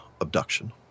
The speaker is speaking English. abduction